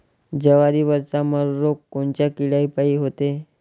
जवारीवरचा मर रोग कोनच्या किड्यापायी होते?